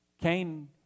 Cain